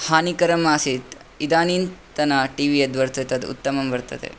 हानिकरम् आसीत् इदानीन्तन T V यद्वर्तते तद् उत्तमं वर्तते